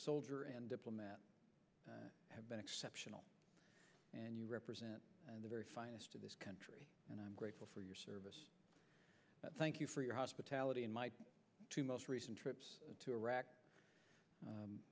soldier and diplomat have been exceptional and you represent the very finest of this country and i'm grateful for your service thank you for your hospitality and my two most recent trips to iraq